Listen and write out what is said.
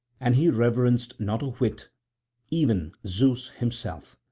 and he reverenced not a whit even zeus himself,